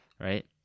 right